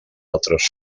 altres